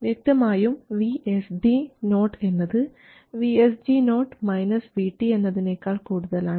വ്യക്തമായും VSD0 എന്നത് VSG0 VT എന്നതിനേക്കാൾ കൂടുതലാണ്